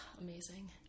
amazing